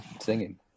Singing